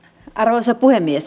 arvoisa puhemies